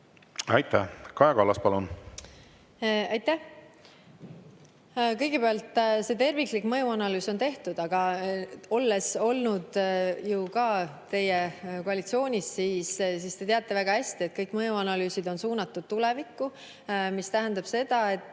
Aitäh! Kaja Kallas, palun! Aitäh! Kõigepealt, terviklik mõjuanalüüs on tehtud. Aga olles olnud ju ka teiega koalitsioonis, siis te teate väga hästi, et kõik mõjuanalüüsid on suunatud tulevikku, mis tähendab seda, et